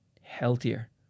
healthier